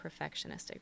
perfectionistic